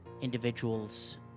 individuals